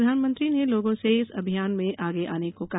प्रधानमंत्री ने लोगों से इस अभियान में आगे आने को कहा